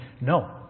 no